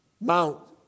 Mount